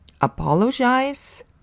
apologize